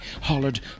hollered